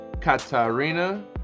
Katarina